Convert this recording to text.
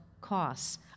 costs